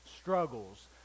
struggles